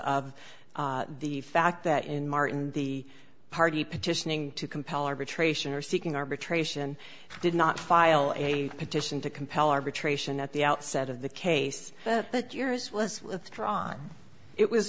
of the fact that in martin the party petitioning to compel arbitration or seeking arbitration did not file a petition to compel arbitration at the outset of the case but yours was withdrawn it was